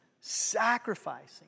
sacrificing